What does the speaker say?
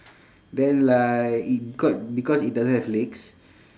then like it got because it doesn't have legs